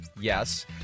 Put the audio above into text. yes